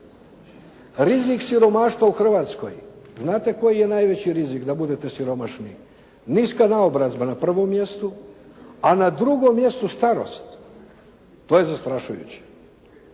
Rizik siromaštva u Hrvatskoj, znate koji je najveći rizik da budete siromašni? Niska naobrazba na prvom mjestu, a na drugom mjestu starost. To je zastrašujuće.